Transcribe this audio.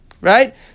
right